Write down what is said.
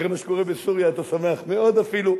אחרי מה שקורה בסוריה אתה שמח מאוד אפילו,